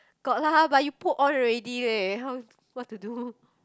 got lah but you put on already leh how what to do